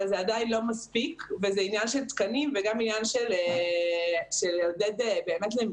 אבל זה עדיין לא מספיק וזה עניין של תקנים וגם עניין של לעודד לימודים,